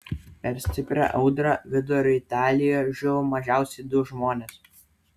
per stiprią audrą vidurio italijoje žuvo mažiausiai du žmonės